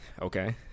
Okay